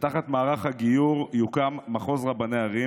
תחת מערך הגיור יוקם מחוז רבני ערים,